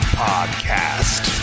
podcast